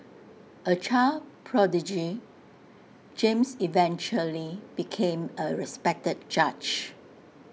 A child prodigy James eventually became A respected judge